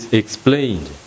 explained